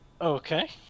Okay